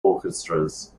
orchestras